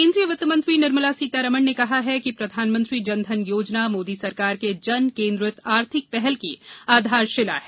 वहीं केन्द्रीय वित्त मंत्री निर्मला सीतारामन ने कहा कि प्रधानमंत्री जनधन योजना मोदी सरकार के जन केन्द्रित आर्थिक पहल की आधारशिला है